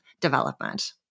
development